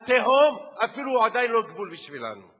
התהום אפילו עדיין לא גבול בשבילנו.